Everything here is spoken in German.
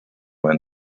einen